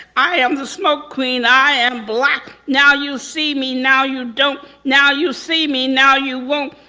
i am the smoke queen. i am black. now you see me, now you don't. now you see me now you won't.